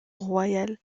royale